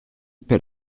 per